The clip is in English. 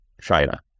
China